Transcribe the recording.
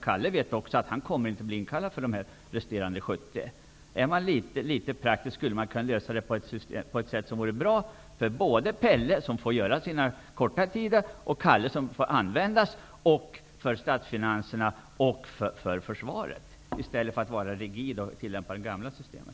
Kalle vet också att han inte kommer att bli inkallad för de resterande 70 Om man vore litet praktisk skulle man kunna lösa problemet på ett sätt som vore bra för Pelle -- som får kortare utbildning --, Kalle -- som kommer till användning --, statsfinanserna och försvaret. Detta kan man åstadkomma om man inte är rigid och tillämpar det gamla systemet.